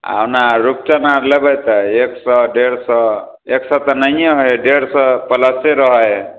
आओर ओना रूपचन आर लेबै तऽ एक सए डेढ़ सए एक सए तऽ नहिये होइ हय डेढ़ सए प्लसे रहै हय